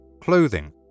clothing